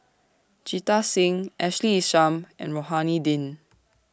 Jita Singh Ashley Isham and Rohani Din